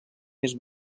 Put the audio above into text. més